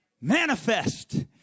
manifest